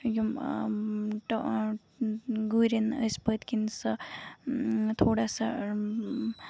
گُرین ٲسۍ پٔتھۍ کِنۍ سۄ تھوڑا سا